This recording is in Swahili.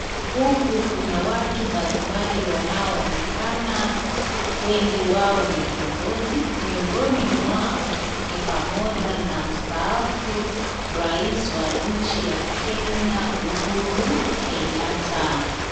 Huku kuna watu mbalimbali wanaoonekana wengi wao ni viongozi. Miongoni mwao ni pamoja na mstaafu rais wa nchi ya Kenya Uhuru Kenyatta.